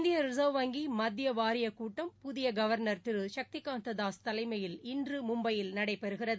இந்தியரிசா்வ் வங்கிமத்தியவாரியகூட்டம் புதியகவா்னா் திருசக்திகாந்ததாஸ் தலைமையில் இன்றுமும்பையில் நடைபெறும்